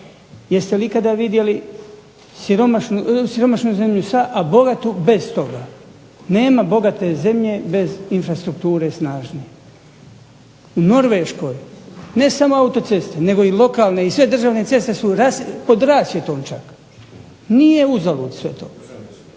Jeste li ikada vidjeli siromašnu sa, a bogatu bez toga? Nema bogate zemlje bez infrastrukture snažne. U Norveškoj ne samo autoceste nego i lokalne i sve državne ceste su pod rasvjetom čak. Nije uzalud sve to.